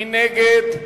מי נגד?